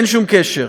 אין שום קשר.